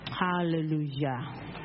Hallelujah